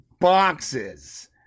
boxes